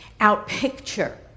outpicture